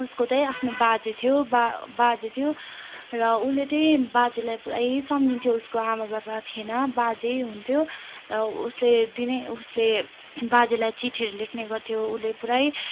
उसको चाहिँ आफ्नो बाजे थियो बा बाजे थियो र उसले चाहिँ बाजेलाई पुरै सम्झिन्थ्यो उसको आमाबाबा थिएन बाजे हुनुहुन्थ्यो र उसले दिनै उसले बाजेलाई चिट्ठीहरू लेख्ने गर्थ्यो उसले पुरै